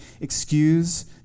excuse